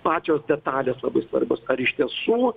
pačios detalės labai svarbios ar iš tiesų